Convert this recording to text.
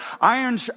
Iron